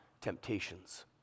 temptations